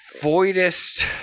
voidist